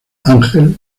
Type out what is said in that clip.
ángel